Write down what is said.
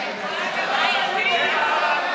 עיגון מעמדה של העדה הדרוזית